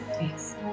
Yes